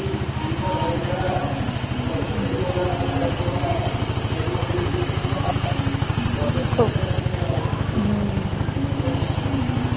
खूब